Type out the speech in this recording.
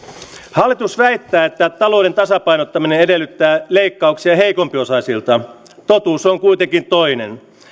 hallitus väittää että talouden tasapainottaminen edellyttää leikkauksia heikompiosaisilta totuus on kuitenkin toinen